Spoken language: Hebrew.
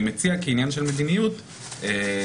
אני מציע כעניין של מדיניות כן